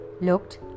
looked